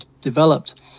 developed